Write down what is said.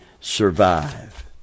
survive